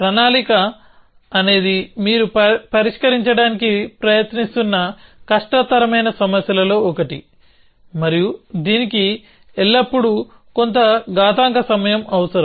ప్రణాళిక అనేది మీరు పరిష్కరించడానికి ప్రయత్నిస్తున్న కష్టతరమైన సమస్యలలో ఒకటి మరియు దీనికి ఎల్లప్పుడూ కొంత ఘాతాంక సమయం అవసరం